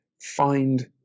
find